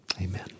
Amen